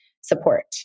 support